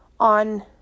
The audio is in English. on